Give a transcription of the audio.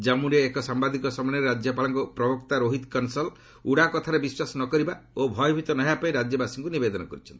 କାମ୍ମୁରେ ଏକ ସାୟାଦିକ ସମ୍ମିଳନୀରେ ରାଜ୍ୟପାଳଙ୍କ ପ୍ରବକ୍ତା ରୋହିତ କନ୍ସଲ୍ ଉଡ଼ାକଥାରେ ବିଶ୍ୱାସ ନ କରିବା ଓ ଭୟଭିତ ନ ହେବା ପାଇଁ ରାଜ୍ୟବାସୀଙ୍କୁ ନିବେଦନ କରିଛନ୍ତି